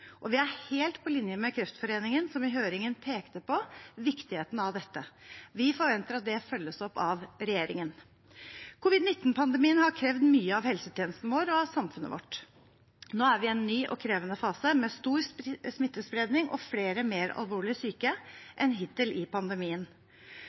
Vi er helt på linje med Kreftforeningen, som i høringen pekte på viktigheten av dette. Vi forventer at det følges opp av regjeringen. Covid-19-pandemien har krevd mye av helsetjenesten vår og av samfunnet vårt. Nå er vi i en ny og krevende fase med stor smittespredning og flere mer alvorlig syke